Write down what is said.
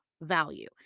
value